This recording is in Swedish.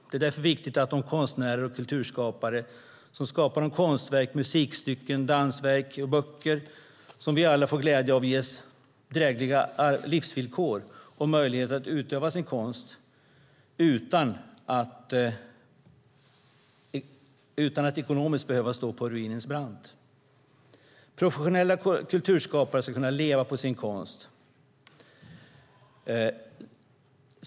Det är därför viktigt att de konstnärer och kulturskapare som skapar de konstverk, musikstycken, dansverk och böcker som vi alla får glädje av ges drägliga livsvillkor och möjlighet att utöva sin konst utan att ekonomiskt behöva stå på ruinens brant. Professionella kulturskapare ska kunna leva på sin konst.